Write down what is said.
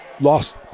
lost